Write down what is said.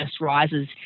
rises